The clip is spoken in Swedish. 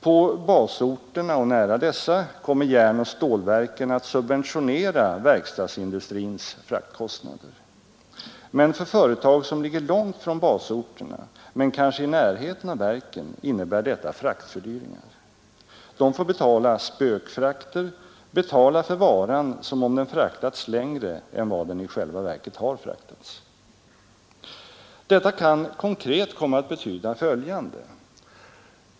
På basorterna och nära dessa kommer järnoch stålverken att subventionera verkstadsindustrins fraktkostnader. Men för företag som ligger långt från basorterna, men kanske i närheten av verken, innebär detta fraktfördyringar. De får betala ”spökfrakter”, betala för varan som om den fraktats längre än vad den i själva verket har fraktats. Detta kan konkret komma att betyda följande.